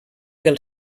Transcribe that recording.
del